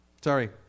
sorry